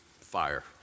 fire